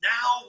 Now